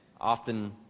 often